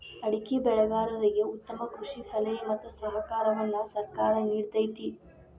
ಅಡಿಕೆ ಬೆಳೆಗಾರರಿಗೆ ಉತ್ತಮ ಕೃಷಿ ಸಲಹೆ ಮತ್ತ ಸಹಕಾರವನ್ನು ಸರ್ಕಾರ ನಿಡತೈತಿ